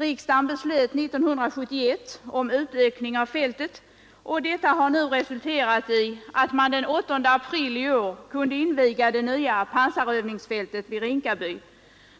Riksdagen beslöt år 1971 om utökning av fältet, och detta har nu resulterat i att man den 8 april i år kunde inviga det nya pansarövningsfältet vid Rinkaby,